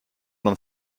man